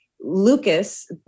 Lucas